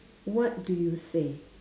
what do you say